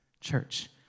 church